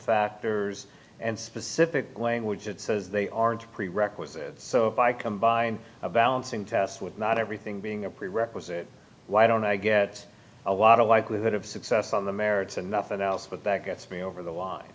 factors and specific language and so they aren't a prerequisite so i combine a balancing test with not everything being a prerequisite why don't i get a lot of likelihood of success on the merits and nothing else but that gets me over the line